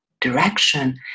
direction